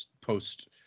post